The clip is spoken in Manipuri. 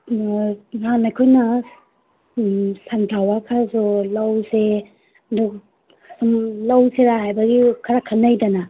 ꯅꯍꯥꯟ ꯑꯩꯈꯣꯏꯅ ꯁꯟꯐ꯭ꯂꯥꯋꯥꯔ ꯈꯔꯁꯨ ꯂꯧꯁꯦ ꯑꯗꯨ ꯂꯧꯁꯤꯔꯥ ꯍꯥꯏꯕꯒꯤ ꯈꯔ ꯈꯟꯅꯩꯗꯅ